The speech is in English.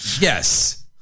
Yes